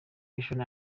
fiction